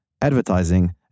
advertising